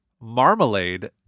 marmalade